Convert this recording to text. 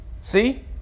See